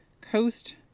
coast